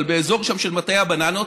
אבל באזור שם של מטעי הבננות,